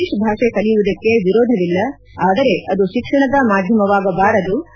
English ಭಾಷೆ ಕಲಿಯುವುದಕ್ಕೆ ವಿರೋಧ ವಿಲ್ಲ ಅದರೆ ಅದು ಶಿಕ್ಷಣದ ಮಾಧ್ಣಮವಾಗಬಾರದು